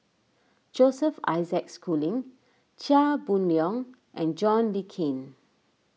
Joseph Isaac Schooling Chia Boon Leong and John Le Cain